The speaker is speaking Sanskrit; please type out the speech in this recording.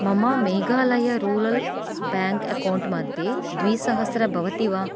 मम मेघालय रूलल् बेङ्क् अक्कौण्ट् मध्ये द्विसहस्रं भवति वा